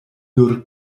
nur